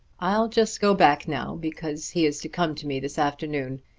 i'll just go back now because he is to come to me this afternoon.